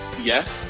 Yes